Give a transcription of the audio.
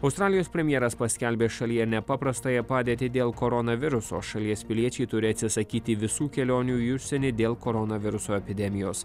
australijos premjeras paskelbė šalyje nepaprastąją padėtį dėl koronaviruso šalies piliečiai turi atsisakyti visų kelionių į užsienį dėl koronaviruso epidemijos